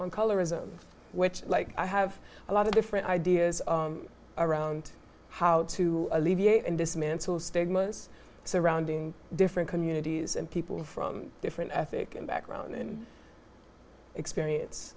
on colorism which like i have a lot of different ideas around how to alleviate and dismantle stigmas surrounding different communities and people from different ethnic background and experience